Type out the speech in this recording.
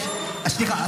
סליחה,